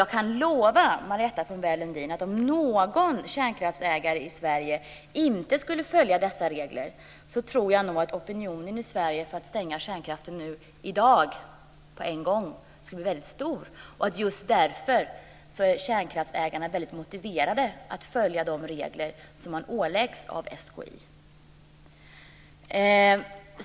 Jag kan lova Marietta de Pourbaix-Lundin att om någon kärnkraftsägare i Sverige inte skulle följa dessa regler tror jag att opinionen i Sverige för att stänga kärnkraften i dag, på en gång, skulle bli stor. Just därför är kärnkraftsägarna motiverade att följa de regler som man åläggs av SKI.